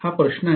हा प्रश्न आहे